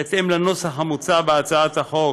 בהתאם לנוסח המוצע בהצעת החוק,